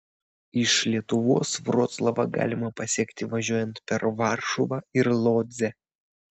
iš lietuvos vroclavą galima pasiekti važiuojant per varšuvą ir lodzę